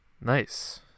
nice